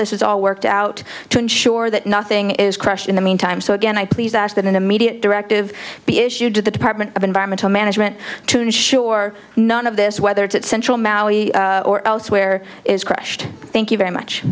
this is all worked out to ensure that nothing is crushed in the meantime so again i please ask that an immediate directive be issued to the department of environmental management to ensure none of this whether it's at central maui or elsewhere is crushed thank you very much